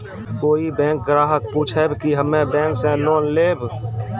कोई बैंक ग्राहक पुछेब की हम्मे बैंक से लोन लेबऽ?